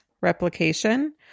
replication